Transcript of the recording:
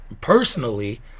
personally